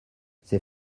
c’est